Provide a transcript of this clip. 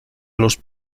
los